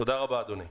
תודה רבה אדוני.